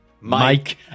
Mike